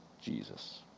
Jesus